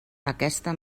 aquesta